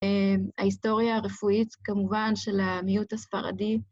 ההיסטוריה הרפואית כמובן של המיעוט הספרדי.